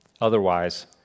Otherwise